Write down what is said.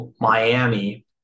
Miami